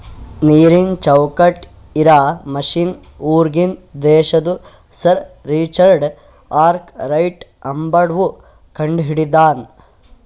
ನೀರನ್ ಚೌಕ್ಟ್ ಇರಾ ಮಷಿನ್ ಹೂರ್ಗಿನ್ ದೇಶದು ಸರ್ ರಿಚರ್ಡ್ ಆರ್ಕ್ ರೈಟ್ ಅಂಬವ್ವ ಕಂಡಹಿಡದಾನ್